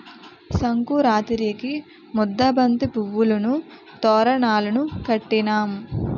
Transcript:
సంకురాతిరికి ముద్దబంతి పువ్వులును తోరణాలును కట్టినాం